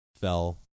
fell